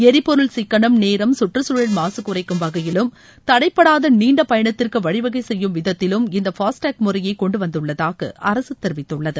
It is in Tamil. ளிபொருள் சிக்களம் நேரம் சுற்றுச்சூழல் மாசு குறைக்கும் வகையிலும் தடைப்படாத நீண்ட பயணத்திற்கு வழிவகை செய்யும் விதத்திலும் இந்த பாஸ்டேக் முறையை கொண்டுவந்துள்தாக அரசு தெரிவித்துள்ளது